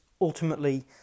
ultimately